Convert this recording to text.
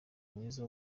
mwiza